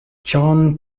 john